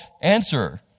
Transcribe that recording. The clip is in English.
answer